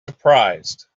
surprised